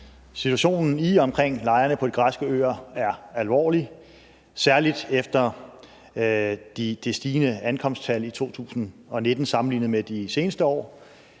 Situationen i og omkring lejrene på de græske øer er alvorlig, særlig efter det stigende ankomsttal i 2019 sammenlignet med de seneste år.